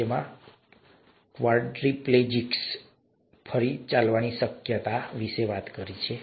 આ ક્વાડ્રિપ્લેજિક્સ ફરી ચાલવાની શક્યતા વિશે વાત કરે છે